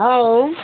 हौ